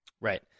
Right